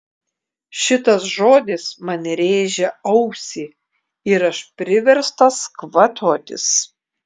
šitas žodis man rėžia ausį ir aš priverstas kvatotis